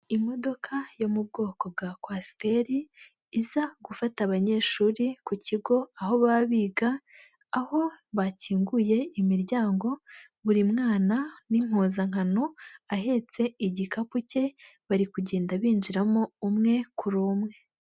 Imodoka yo mu bwoko bwa coaster iza gufata abanyeshuri ku kigo aho baba biga, aho bakinguye imiryango buri mwana n'impuzankano ahetse igikapu cye, bari kugenda binjiramo umwe kuri umwe.